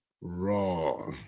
raw